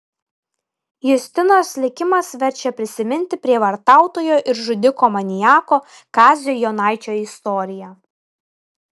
justinos likimas verčia prisiminti prievartautojo ir žudiko maniako kazio jonaičio istoriją